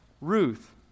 Ruth